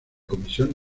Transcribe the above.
comisión